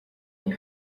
est